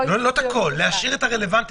לא למחוק את הכול, להשאיר את הרלוונטי